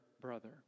brother